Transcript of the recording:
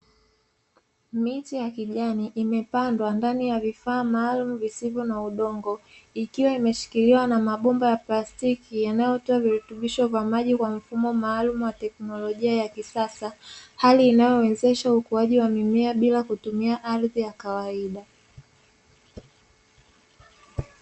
Miche ya kijani imepandwa ndani ya vifaa maalumu visivyo na udongo, ikiwa imeshikiliwa na mabomba ya plastiki yanayotoa virutubisho vya maji kwa mfumo maalumu wa teknolojia ya kisasa, hali inayowezesha ukuaji wa mimea bila kutumia ardhi ya kawaida.